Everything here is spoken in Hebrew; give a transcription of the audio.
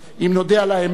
אם נודה על האמת,